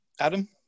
Adam